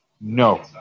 no